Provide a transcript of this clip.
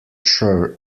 sure